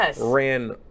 ran